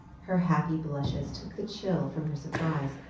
her happy blushes took the chill from her surprise,